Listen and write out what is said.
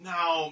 Now